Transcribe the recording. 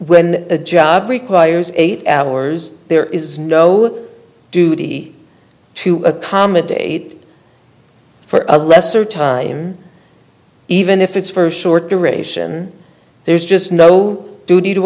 when a job requires eight hours there is no duty to accommodate for a lesser time even if it's for short duration there's just no duty to